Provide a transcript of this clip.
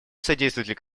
содействовать